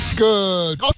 Good